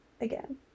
again